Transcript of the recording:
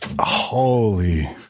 Holy